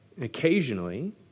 Occasionally